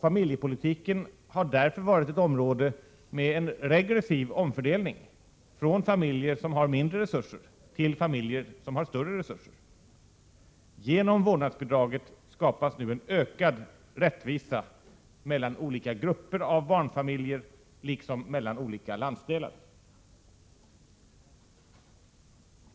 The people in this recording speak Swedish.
Familjepolitiken har därför varit ett område med en regressiv omfördelning, från familjer som har mindre resurser till familjer som har större resurser. Genom vårdnadsbidraget skapas nu ökad rättvisa mellan olika grupper av barnfamiljer, liksom mellan olika landsdelar.